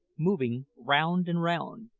moving round and round,